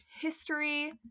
history